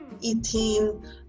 eating